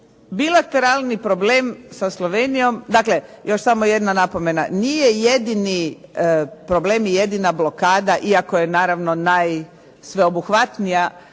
bilateralni problem sa Slovenijom, samo još jedna napomena, nije jedini problem i jedina blokada iako je naravno najsveobuhvatnija